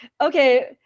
okay